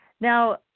Now